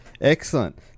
Excellent